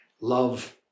love